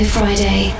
Friday